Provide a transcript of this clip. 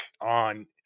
on